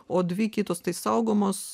o dvi kitos tai saugomos